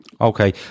Okay